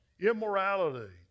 Immorality